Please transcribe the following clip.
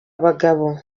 abagabo